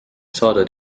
saada